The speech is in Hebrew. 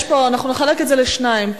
נחלק את זה לשניים.